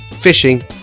fishing